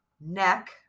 neck